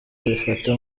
babifata